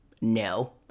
No